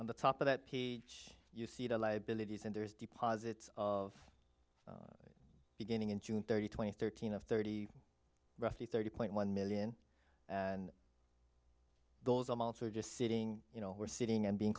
on the top of that page you see the liabilities and there's deposits of beginning in june thirtieth twenty thirteen of thirty roughly thirty point one million and those amounts are just sitting you know we're sitting and being